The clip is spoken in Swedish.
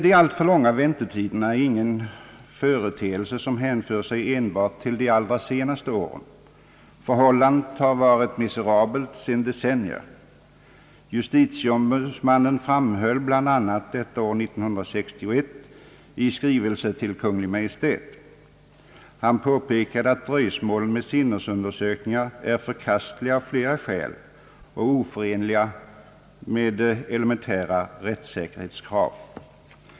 De alltför långa väntetiderna är emellertid ingen företeelse som hänför sig till enbart de allra senaste åren. Förhållandena har varit miserabla sedan decennier. Justitieombudsmannen framhöll bland annat detta år 1961 i skri velse till Kungl. Maj:t. Han påpekade att dröjsmålen med sinnesundersökningarna är förkastliga av flera skäl och oförenliga med elementära rättssäkerhetskrav.